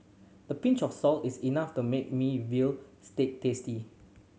the pinch of salt is enough to make me veal stew tasty